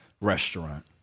restaurant